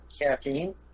Caffeine